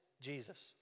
Jesus